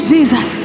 Jesus